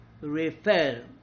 refer